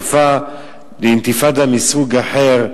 לאינתיפאדה מסוג אחר,